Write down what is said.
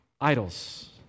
Idols